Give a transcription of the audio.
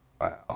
Wow